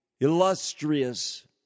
illustrious